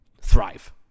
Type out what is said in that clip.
thrive